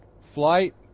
flight